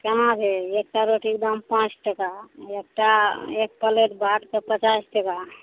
केना भेल एकटा रोटीके दाम पाँच टाका एकटा एक प्लेट भातके पचास टाका